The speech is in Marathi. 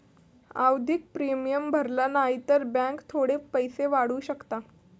आवधिक प्रिमियम भरला न्हाई तर बॅन्क थोडे पैशे वाढवू शकता